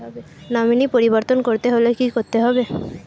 Nominee পরিবর্তন করতে হলে কী করতে হবে?